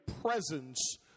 presence